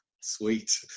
sweet